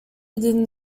within